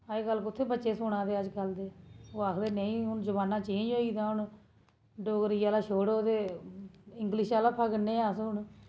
अजकल कुत्थें बच्चे सुना दे अज्जकल दे ओह् आक्खदे नेईं हू'न जमाना चेंज होई दा हू'न डोगरी आह्ला छोड़ो ते इंग्लिश आह्ला फगड़ने आं हू'न अस